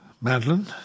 Madeline